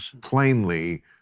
plainly